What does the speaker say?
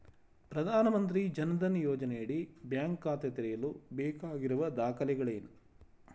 ಪ್ರಧಾನಮಂತ್ರಿ ಜನ್ ಧನ್ ಯೋಜನೆಯಡಿ ಬ್ಯಾಂಕ್ ಖಾತೆ ತೆರೆಯಲು ಬೇಕಾಗಿರುವ ದಾಖಲೆಗಳೇನು?